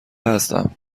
هستم